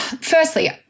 firstly